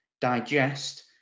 digest